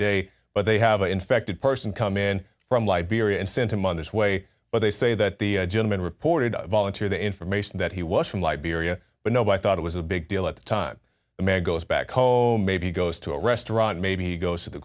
day but they have infected person come in from liberia and sent him on his way but they say that the gentleman reported volunteer the information that he was from liberia but nobody thought it was a big deal at the time magazine backhoe maybe goes to a restaurant maybe he goes to the